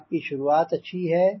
आप की शुरुआत अच्छी है